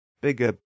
bigger